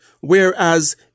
whereas